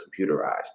computerized